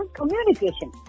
communication